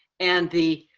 and the.